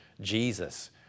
Jesus